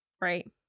Right